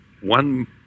one